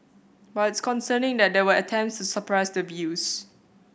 but it's concerning that there were attempts to suppress the views